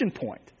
point